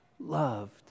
loved